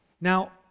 Now